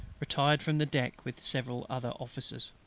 retired from the deck with several other officers.